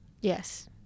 Yes